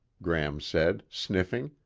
gram said, sniffing.